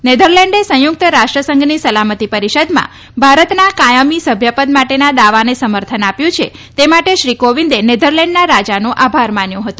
નેધરલેન્ડે સંયુક્ત રાષ્ટ્રસંઘની સલામતી પરિષદમાં ભારતના કાયમી સભ્યપદ માટેના દાવાને સમર્થન આપ્યું છે તે માટે શ્રી કોવિંદે નેધરલેન્ડનાં રાજાનો આભાર માન્યો હતો